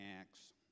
Acts